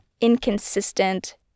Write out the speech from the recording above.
inconsistent